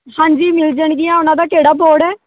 ਹਾਂਜੀ ਮਿਲ ਜਾਣਗੀਆਂ ਉਹਨਾਂ ਦਾ ਕਿਹੜਾ ਬੋਰਡ ਹੈ